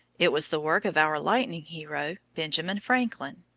it was the work of our lightning hero, benjamin franklin.